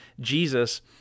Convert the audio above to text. Jesus